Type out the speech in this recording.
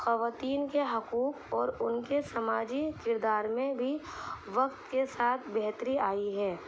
خواتین کے حقوق اور ان کے سماجی کردار میں بھی وقت کے ساتھ بہتری آئی ہے